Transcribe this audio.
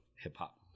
hip-hop